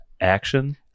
action